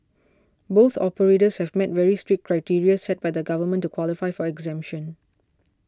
both operators have met very strict criteria set by the government to qualify for exemption